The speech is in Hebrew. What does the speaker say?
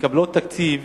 מקבלות תקציב